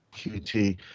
QT